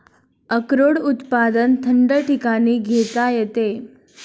अक्रोड उत्पादन थंड ठिकाणी घेता येते